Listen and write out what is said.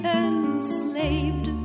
enslaved